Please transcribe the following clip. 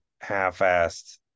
half-assed